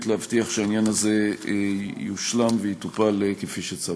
להבטיח שהעניין הזה יושלם ויטופל כפי שצריך.